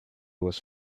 was